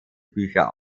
bilder